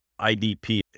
IDP